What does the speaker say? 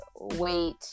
wait